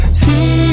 see